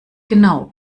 genau